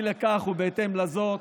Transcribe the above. אי לכך ובהתאם לזאת,